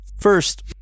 First